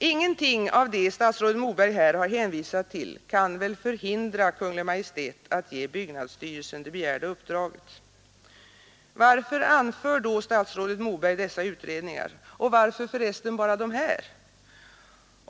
Ingenting av det statsrådet Moberg här har hänvisat till kan väl förhindra Kungl. Maj:t att ge byggnadsstyrelsen det begärda uppdraget. Varför anför då statsrådet Moberg dessa utredningar — och varför, för resten, bara dessa?